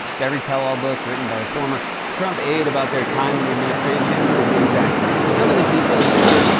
every tell-all book written by a former trump aide about their time in the administration is the exact same. some of the details differ,